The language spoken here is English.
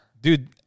Dude